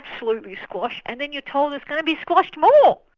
absolutely squashed. and then you're told it's gonna be squashed more.